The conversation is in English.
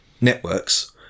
networks